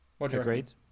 Agreed